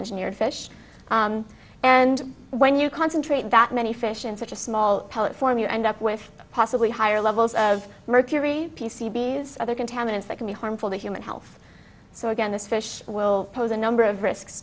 engineered fish and when you concentrate that many fish in such a small form you end up with possibly higher levels of mercury p c b as other contaminants that can be harmful to human health so again this fish will pose a number of risks